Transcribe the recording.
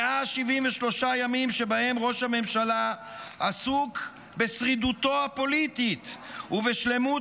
173 ימים שבהם ראש הממשלה עסוק בשרידותו הפוליטית ובשלמות